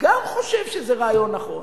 חושב שזה רעיון נכון.